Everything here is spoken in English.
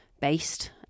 based